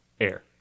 air